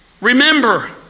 Remember